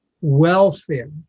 welfare